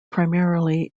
primarily